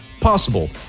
Possible